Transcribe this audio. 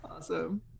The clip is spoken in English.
awesome